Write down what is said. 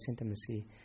intimacy